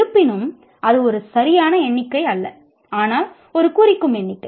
இருப்பினும் அது ஒரு சரியான எண்ணிக்கை அல்ல ஆனால் ஒரு குறிக்கும் எண்ணிக்கை